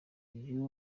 uyu